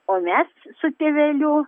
o mes su tėveliu